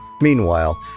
Meanwhile